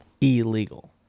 illegal